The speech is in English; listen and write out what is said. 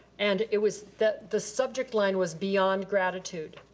and it was, the the subject line was beyond gratitude.